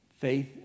Faith